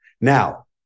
Now